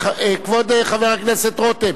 כבוד חבר הכנסת רותם,